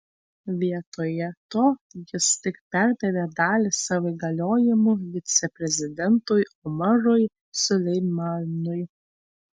vietoje to jis tik perdavė dalį savo įgaliojimų viceprezidentui omarui suleimanui